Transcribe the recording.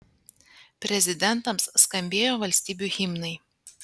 prezidentams skambėjo valstybių himnai